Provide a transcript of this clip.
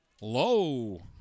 Low